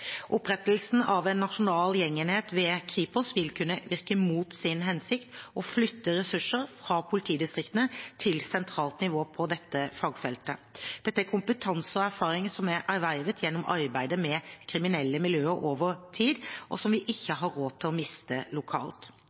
Opprettelsen av en nasjonal gjengenhet ved Kripos vil kunne virke mot sin hensikt og flytte ressurser fra politidistriktene til sentralt nivå på dette fagfeltet. Dette er kompetanse og erfaring som er ervervet gjennom arbeidet mot kriminelle miljøene over tid, og som vi ikke har råd til å miste lokalt.